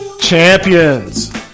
champions